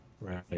Right